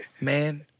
Man